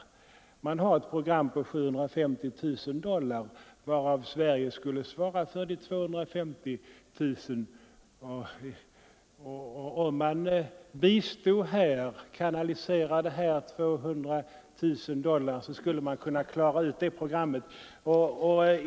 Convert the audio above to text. Organisationen har ett program på 750 000 dollar, varav Sverige skulle svara för 250 000. Om vi kanaliserade hit 250 000 dollar skulle man kunna klara detta program.